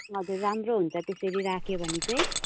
हजुर राम्रो हुन्छ त्यसरी राख्यो भने चाहिँ